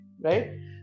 right